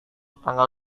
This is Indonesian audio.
tanggal